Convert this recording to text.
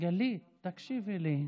גלית, תקשיבי לי.